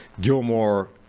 gilmore